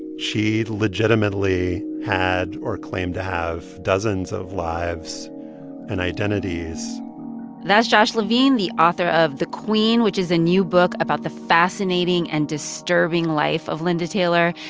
she legitimately had or claimed to have dozens of lives and identities that's josh levin, the author of the queen, which is a new book about the fascinating and disturbing life of linda taylor.